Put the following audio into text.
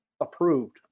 approved